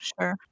sure